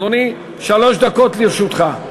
אדוני, שלוש דקות לרשותך.